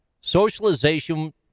socialization